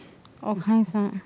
all kinds ah